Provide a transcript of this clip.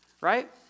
right